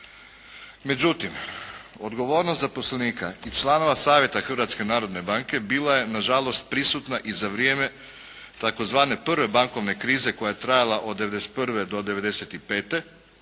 Međutim, odgovornost zaposlenika i članova Savjeta Hrvatske narodne banke bila je na žalost prisutna i za vrijeme tzv. prve bankovne krize koja je trajala od 91. do 95.